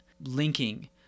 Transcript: linking